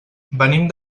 venim